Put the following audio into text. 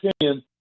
opinion